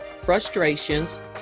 frustrations